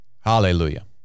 Hallelujah